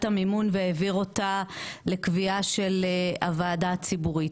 המימון והעביר אותה לקביעה של הוועדה הציבורית.